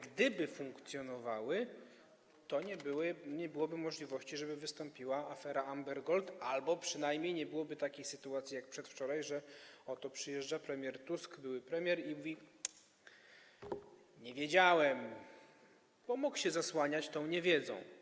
Gdyby one funkcjonowały, nie byłoby możliwości, żeby wystąpiła afera Amber Gold albo przynajmniej nie byłoby takiej sytuacji, jak przedwczoraj, że oto przyjeżdża premier Tusk, były premier, i mówi: nie wiedziałem, bo mógł się zasłaniać niewiedzą.